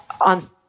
on